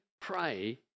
pray